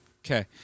Okay